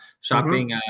shopping